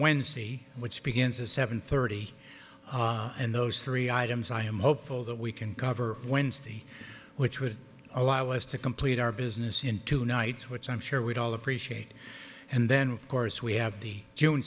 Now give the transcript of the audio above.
wednesday which begins at seven thirty and those three items i am hopeful that we can cover wednesday which would allow us to complete our business in two nights which i'm sure we'd all appreciate and then of course we have the june